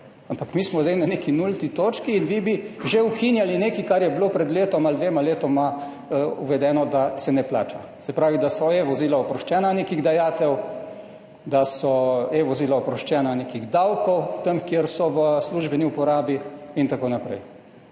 Ampak mi smo zdaj na neki nulti točki in vi bi že ukinjali nekaj, kar je bilo pred letom ali dvema letoma uvedeno, da se ne plača, se pravi da so e-vozila oproščena nekih dajatev, da so e-vozila oproščena nekih davkov tam, kjer so v službeni uporabi in tako naprej.